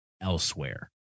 elsewhere